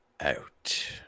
out